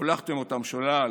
הולכתם אותם שולל